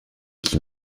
qui